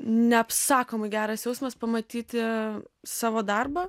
neapsakomai geras jausmas pamatyti savo darbą